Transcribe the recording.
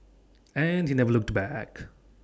and he never looked back